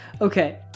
Okay